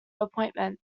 appointment